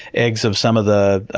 eggs of some of the